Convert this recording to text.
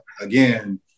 again